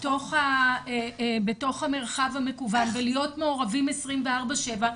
בתוך המרחב המקוון ולהיות מעורבים 24/7,